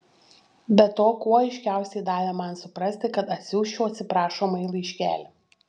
be to kuo aiškiausiai davė man suprasti kad atsiųsčiau atsiprašomąjį laiškelį